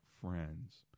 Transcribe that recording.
friends